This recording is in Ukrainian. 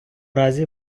разі